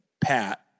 Pat